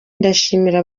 ndashimira